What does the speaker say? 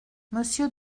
monsieur